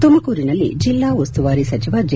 ತುಮಕೂರಿನಲ್ಲಿ ಜೆಲ್ಲಾ ಉಸ್ತುವಾರಿ ಸಚಿವ ಜೆ